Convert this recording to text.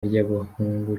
ry’abahungu